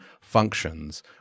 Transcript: functions